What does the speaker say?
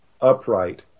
upright